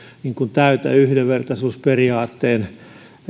täytä yhdenvertaisuusperiaatteen